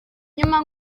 nyuma